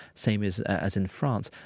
same as as in france.